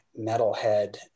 metalhead